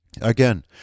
Again